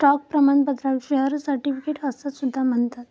stock प्रमाणपत्राक share certificate असा सुद्धा म्हणतत